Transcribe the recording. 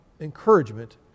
encouragement